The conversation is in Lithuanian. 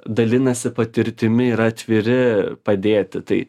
dalinasi patirtimi yra atviri padėti tai